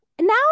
Now